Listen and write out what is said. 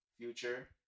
Future